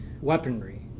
weaponry